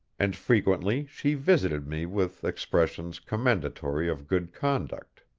and frequently she visited me with expressions commendatory of good conduct.